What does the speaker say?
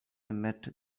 met